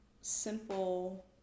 simple